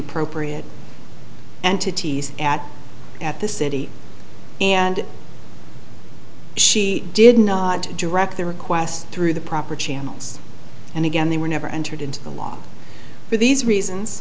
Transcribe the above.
appropriate entities at at the city and she did not direct the request through the proper channels and again they were never entered into the law for these reasons